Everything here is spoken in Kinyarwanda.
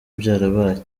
byarabaye